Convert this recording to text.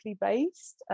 based